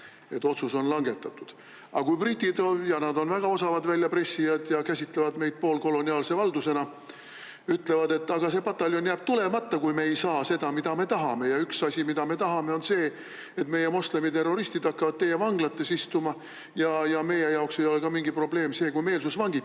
Otsus on langetatud. Britid on väga osavad väljapressijad ja käsitlevad meid poolkoloniaalse valdusena. Kui nad ütlevad: "Aga see pataljon jääb tulemata, kui me ei saa seda, mida me tahame, ja üks asi, mida me tahame, on see, et meie moslemiterroristid hakkavad teie vanglates istuma. Meie jaoks ei ole mingi probleem ka see, kui meelsusvangid